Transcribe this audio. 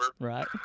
Right